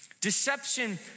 Deception